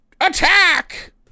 Attack